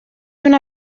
una